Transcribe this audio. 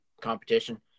competition